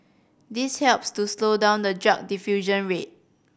this helps to slow down the drug diffusion rate